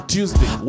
Tuesday